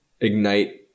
ignite